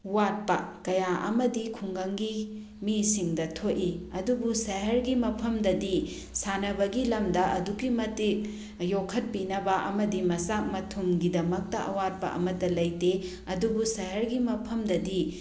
ꯋꯥꯠꯄ ꯀꯌꯥ ꯑꯃꯗꯤ ꯈꯨꯡꯒꯪꯒꯤ ꯃꯤꯁꯤꯡꯗ ꯊꯣꯛꯏ ꯑꯗꯨꯕꯨ ꯁꯍꯔꯒꯤ ꯃꯐꯝꯗꯗꯤ ꯁꯥꯟꯅꯕꯒꯤ ꯂꯝꯗ ꯑꯗꯨꯛꯀꯤ ꯃꯇꯤꯛ ꯌꯣꯛꯈꯠꯄꯤꯅꯕ ꯑꯃꯗꯤ ꯃꯆꯥꯛ ꯃꯊꯨꯝꯒꯤꯗꯃꯛꯇ ꯑꯋꯥꯠꯄ ꯑꯃꯠꯇ ꯂꯩꯇꯦ ꯑꯗꯨꯕꯨ ꯁꯍꯔꯒꯤ ꯃꯐꯝꯗꯗꯤ